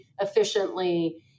efficiently